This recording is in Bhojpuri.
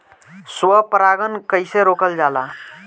स्व परागण कइसे रोकल जाला?